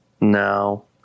no